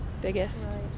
biggest